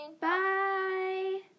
Bye